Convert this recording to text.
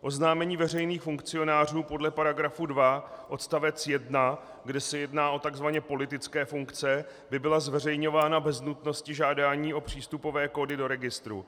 Oznámení veřejných funkcionářů podle § 2 odst.1, kde se jedná o takzvaně politické funkce, by byla zveřejňována bez nutnosti žádání o přístupové kódy do registru.